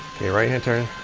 ok right-hand turn.